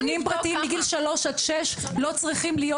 גנים פרטיים מגיל שלוש עד שש לא צריכים להיות.